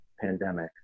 pandemic